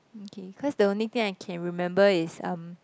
mm k cause the only thing I can remember is um